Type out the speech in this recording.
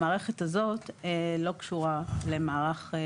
המערכת הזאת לא קשורה לרשות.